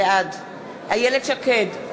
בעד איילת שקד,